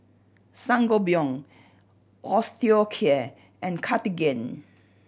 Sangobion Osteocare and Cartigain